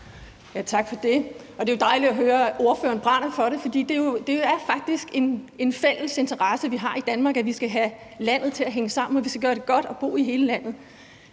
Tak for det. Det er jo dejligt at høre, at ordføreren brænder for det, for det er faktisk en fælles interesse, vi har i Danmark, nemlig at vi skal have landet til at hænge sammen, og at vi skal gøre det godt at bo i hele landet.